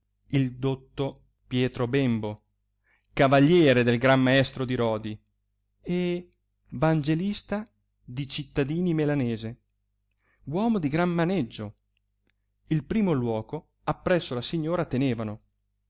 il dotto pietro bembo cavaliere del gran maestro di rodi e vangelista di cittadini melanese uomo di gran maneggio il primo luoco appresso la signora tenevano